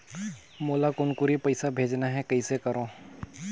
मोला कुनकुरी पइसा भेजना हैं, कइसे करो?